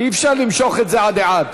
אי-אפשר למשוך את זה עדי עד.